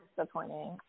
disappointing